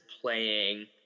playing